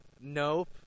Nope